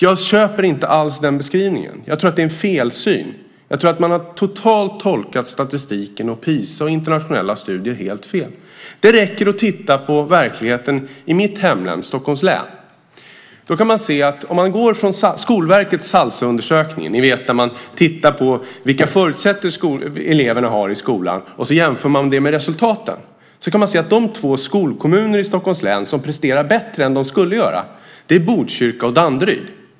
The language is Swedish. Jag köper inte alls den beskrivningen. Jag tror att det är en felsyn. Jag tror att man har tolkat statistiken, Pisa och internationella studier totalt fel. Det räcker att titta på verkligheten i mitt hemlän, Stockholms län. I Skolverkets Salsaundersökning tittar man på vilka förutsättningar eleverna har i skolan och jämför dem med resultaten. Där kan man se att de två skolkommuner i Stockholms län som presterar bättre än de borde göra är Botkyrka och Danderyd.